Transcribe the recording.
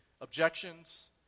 objections